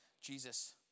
Jesus